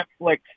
Netflix